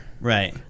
Right